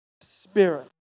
Spirit